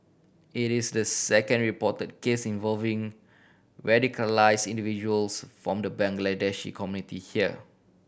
it is the second report case involving radicalise individuals from the Bangladeshi E community here